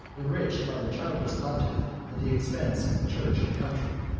enriched by the childish pontiff at the expense of the church and country.